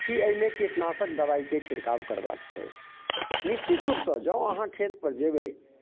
की अइमे कीटनाशक दबाइके छिड़काव करबाक छै निश्चित रूपँऽ जँ अहाँ खेतपर जेबै